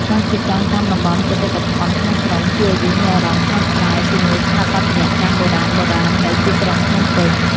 ការជិះកង់តាមតំបន់បេតិកភណ្ឌក្នុងក្រុង ជួយឱ្យយើងមានអារម្មណ៍ស្រស់ស្រាយជាមួយស្ថាបត្យកម្មបុរាណៗនៃទីក្រុងភ្នំពេញ។